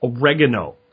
oregano